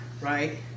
right